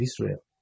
Israel